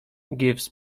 gives